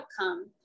outcome